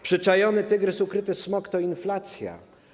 Przyczajony tygrys, ukryty smok - to inflacja.